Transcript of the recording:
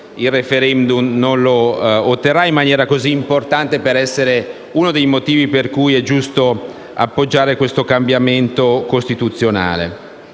il *referendum* non lo otterrà in maniera così importante da essere uno dei motivi per cui è giusto appoggiare il cambiamento costituzionale.